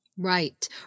Right